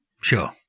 Sure